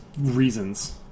reasons